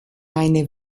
einer